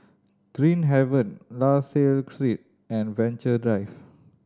Green Haven La Salle Street and Venture Drive